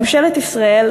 ממשלת ישראל,